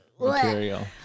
material